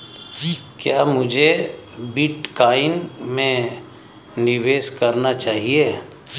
क्या मुझे बिटकॉइन में निवेश करना चाहिए?